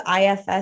IFS